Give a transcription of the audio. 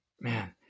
man